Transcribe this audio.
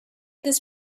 this